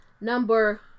number